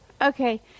Okay